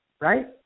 right